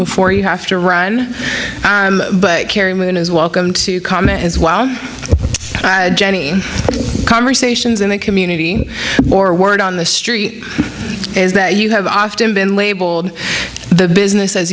before you have to run but carrie moon is welcome to comment as well jenny conversations in the community or word on the street is that you have often been labeled the business as